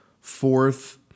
fourth